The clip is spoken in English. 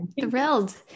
thrilled